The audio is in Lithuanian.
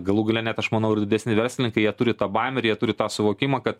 galų gale net aš manau ir didesni verslininkai jie turi tą baimę ir jie turi tą suvokimą kad